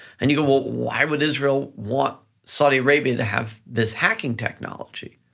and you can well, why would israel want saudi arabia to have this hacking technology?